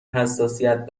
حساسیت